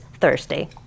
Thursday